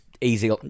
easy